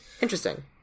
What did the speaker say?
Interesting